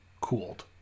cooled